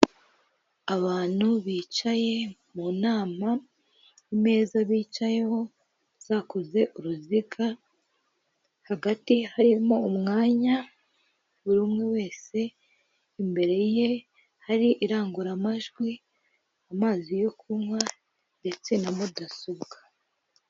Abantu bicaye mu nama, imeza bicayeho zakoze uruziga, hagati harimo umwanya, buri umwe wese imbere ye hari irangururamajwi, amazi yo kunywa ndetse na mudasobwa.